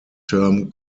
term